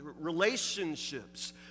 Relationships